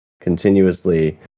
continuously